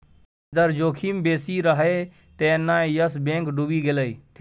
ब्याज दर जोखिम बेसी रहय तें न यस बैंक डुबि गेलै